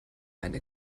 eine